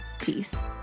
Peace